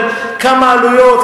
כמה עלויות,